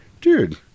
Dude